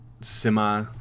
semi